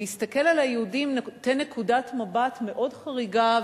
להסתכל על היהודים נותן נקודת מבט מאוד חריגה,